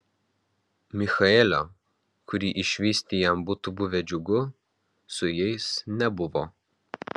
michaelio kurį išvysti jam būtų buvę džiugu su jais nebuvo